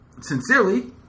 Sincerely